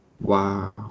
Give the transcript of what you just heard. Wow